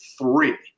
three